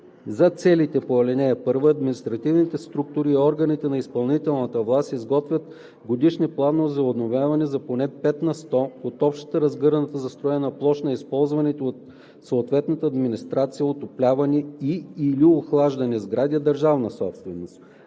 За целите на ал. 1 административните структури и органите на изпълнителната власт изготвят годишни планове за обновяване на поне 5 на сто от общата разгърната застроена площ на използваните от съответната администрация отоплявани и/или охлаждани сгради – държавна собственост.